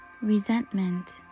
resentment